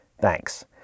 thanks